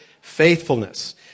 faithfulness